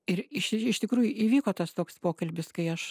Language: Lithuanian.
ir iš iš tikrųjų įvyko tas toks pokalbis kai aš